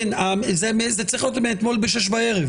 אנשים פונים אלי כל הזמן על ועדות חריגים.